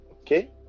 okay